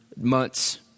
months